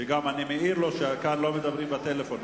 שאני מעיר לו שכאן לא מדברים בטלפון.